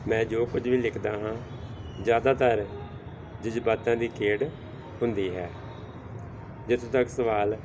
ਮੈਂ ਜੋ ਕੁਝ ਵੀ ਲਿਖਦਾ ਹਾਂ ਜ਼ਿਆਦਾਤਰ ਜਜ਼ਬਾਤਾਂ ਦੀ ਖੇਡ ਹੁੰਦੀ ਹੈ ਜਿੱਥੋਂ ਤੱਕ ਸਵਾਲ